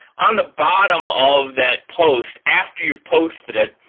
on the bottom of that post, after you've posted it,